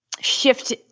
shift